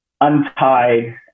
Untied